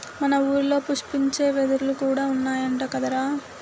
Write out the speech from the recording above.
మన ఊరిలో పుష్పించే వెదురులు కూడా ఉన్నాయంట కదరా